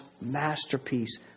masterpiece